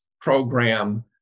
program